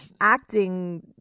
acting